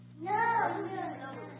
No